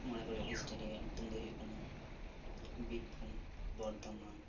ᱢᱚᱬᱮ ᱜᱚᱴᱮᱡ ᱰᱤᱥᱴᱤᱠ ᱨᱮᱭᱟᱜ ᱧᱩᱛᱩᱢ ᱫᱚ ᱦᱩᱭᱩᱜ ᱠᱟᱱᱟ ᱵᱤᱨᱵᱷᱩᱢ ᱵᱚᱨᱫᱷᱚᱢᱟᱱ